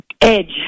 edge